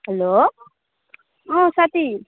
hello अँ साथी